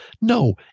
no